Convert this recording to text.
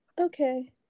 Okay